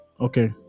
Okay